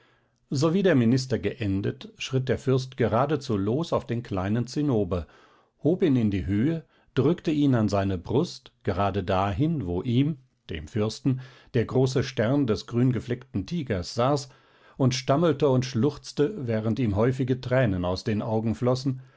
sowie der minister geendet schritt der fürst geradezu los auf den kleinen zinnober hob ihn in die höhe drückte ihn an seine brust gerade dahin wo ihm dem fürsten der große stern des grüngefleckten tigers saß und stammelte und schluchzte während ihm häufige tränen aus den augen flossen